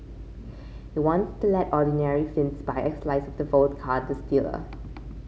it wants to let ordinary Finns buy a slice of the vodka distiller